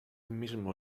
mismo